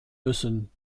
müssen